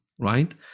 right